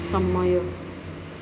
ସମୟ